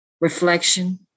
reflection